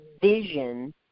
vision